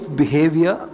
behavior